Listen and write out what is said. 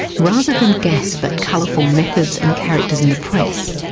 rather than gasp at colourful methods and characters in the press,